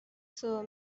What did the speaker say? saw